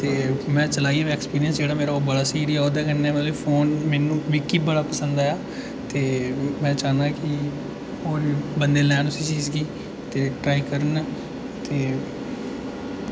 ते मैं चलाइयै बी ऐक्सपीरियंस जेह्ड़ा मेरा ओह् बड़ा स्हेई रेहा ओह्दे कन्नै मतलब फोन मैन्यू मिकी बड़ा पसंद आया ते में चाह्न्नां कि होर बी बंदे लैन उस चीज गी ते ट्राई करन ते